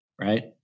Right